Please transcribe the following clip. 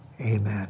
Amen